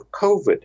COVID